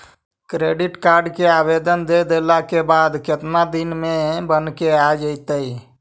Credit card के आवेदन दे देला के बाद केतना दिन में बनके आ जइतै?